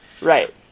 Right